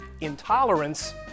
intolerance